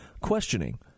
questioning